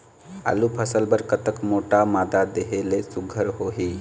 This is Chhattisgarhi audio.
आलू फसल बर कतक मोटा मादा देहे ले सुघ्घर होही?